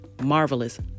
marvelous